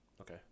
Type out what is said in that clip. Okay